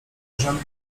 możemy